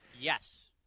Yes